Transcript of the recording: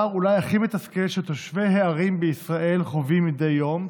הכי מתסכל שתושבי ערים בישראל חווים מדי יום,